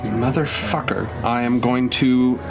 motherfucker, i am going to